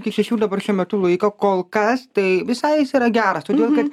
iki šešių dabar šiuo metu laiką kol kas tai visai jis yra geras todėl kad